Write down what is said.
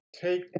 take